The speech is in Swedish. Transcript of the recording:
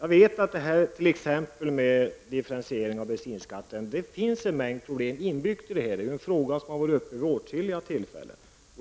Jag vet att det är en mängd problem inbyggda i en differentiering av bensinskatten. Det är en fråga som har varit uppe till behandling vid åtskilliga tillfällen.